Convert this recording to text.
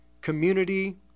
community